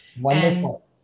Wonderful